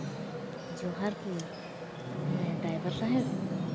ᱡᱚᱦᱟᱨ ᱜᱮ ᱦᱮᱸ ᱰᱟᱭᱵᱷᱟᱨ ᱥᱟᱦᱮᱵ